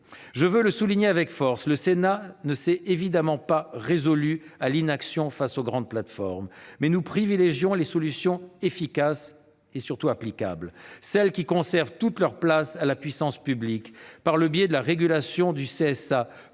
Je veux le souligner avec force : le Sénat ne s'est évidemment pas résolu à l'inaction face aux grandes plateformes. Mais nous privilégions les solutions efficaces, et surtout applicables, celles qui conservent toute sa place à la puissance publique, la régulation du CSA,